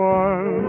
one